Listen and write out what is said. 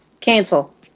Cancel